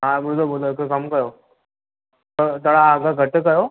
हा ॿुधो ॿुधो हिकु कमु कयो थोरा थोरा अघु घटि कयो